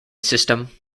system